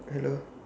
hello